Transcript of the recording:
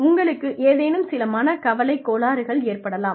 உங்களுக்கு ஏதேனும் சில மனக் கவலைக் கோளாறுகள் ஏற்படலாம்